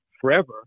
forever